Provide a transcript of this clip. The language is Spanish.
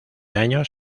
años